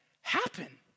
happen